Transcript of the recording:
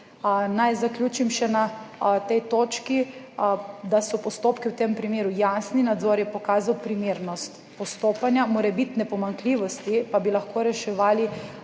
Naj zaključim še na tej točki, da so postopki v tem primeru jasni, nadzor je pokazal primernost postopanja, morebitne pomanjkljivosti pa bi lahko reševali